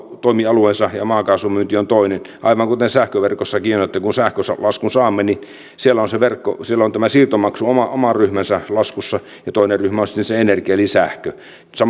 toimialueensa ja maakaasun myynti on toinen aivan kuten sähköverkossakin on että kun sähkölaskun saamme siellä on tämä siirtomaksu oma oma ryhmänsä laskussa ja toinen ryhmä on sitten se energia eli sähkö